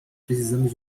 precisamos